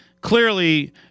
clearly –